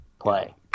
play